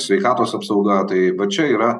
sveikatos apsauga tai vat čia yra